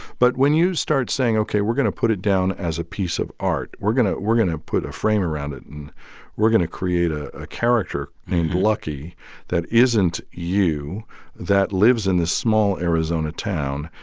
but when you start saying ok we're going to put it down as a piece of art, we're going to we're going to put a frame around it and we're going to create ah a character named lucky that isn't you that lives in this small arizona town,